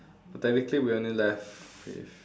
technically we only left with